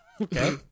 Okay